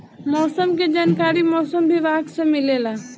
मौसम के जानकारी मौसम विभाग से मिलेला?